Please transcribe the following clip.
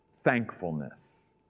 thankfulness